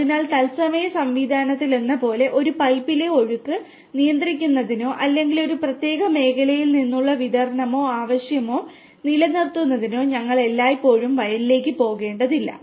അതിനാൽ തത്സമയ സംവിധാനത്തിലെന്നപോലെ ഒരു പൈപ്പിലെ ഒഴുക്ക് നിയന്ത്രിക്കുന്നതിനോ അല്ലെങ്കിൽ ഒരു പ്രത്യേക മേഖലയിൽ നിന്നുള്ള വിതരണമോ ആവശ്യമോ നിലനിർത്തുന്നതിനോ ഞങ്ങൾ എല്ലായ്പ്പോഴും വയലിലേക്ക് പോകേണ്ടതില്ല